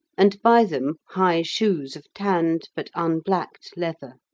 and by them high shoes of tanned but unblacked leather.